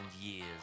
years